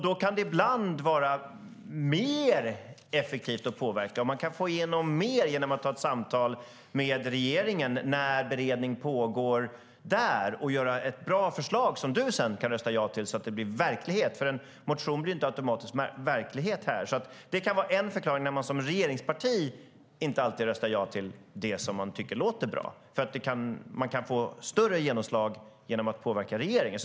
Då kan det ibland vara mer effektivt att påverka och vi kan få igenom mer genom att ta ett samtal med regeringen när beredning pågår så att vi kan åstadkomma ett bra förslag som du, Jens Holm, sedan kan rösta ja till så att det blir verklighet, för en motion blir inte automatiskt verklighet här. Det kan vara en förklaring till att man som regeringsparti inte alltid röstar ja till det som man tycker låter bra. Man kan få större genomslag genom att påverka regeringen.